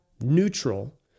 neutral